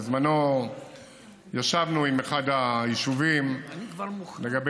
בזמנו ישבנו עם אחד היישובים לגבי